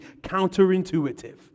counterintuitive